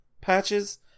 patches